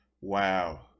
Wow